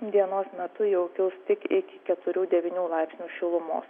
dienos metu jau kils tik iki keturių devynių laipsnių šilumos